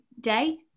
day